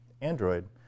Android